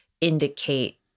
indicate